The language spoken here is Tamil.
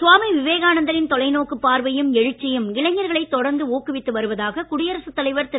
சுவாமி விவேகானந்தரின் தொலை நோக்குப்பார்வையும் எழுச்சியும் இளைஞர்களை தொடர்ந்து ஊக்குவித்து வருவதாக குடியரசு தலைவர் திரு